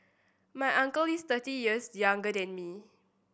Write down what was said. my uncle is thirty years younger than me